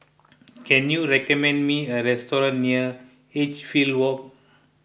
can you recommend me a restaurant near Edgefield Walk